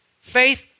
faith